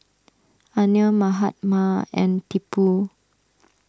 Anil Mahatma and Tipu